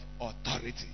authority